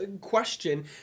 question